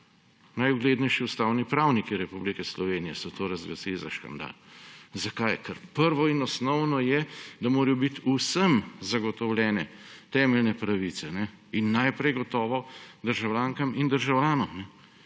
Najuglednejši ustavni pravniki Republike Slovenije so to razglasili za škandal. Zakaj? Ker prvo in osnovno je, da morajo biti vsem zagotovljene temeljne pravice in najprej gotovo državljankam in državljanom.